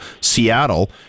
Seattle